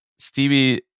Stevie